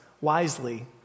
wisely